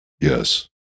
Yes